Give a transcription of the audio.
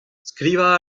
skrivañ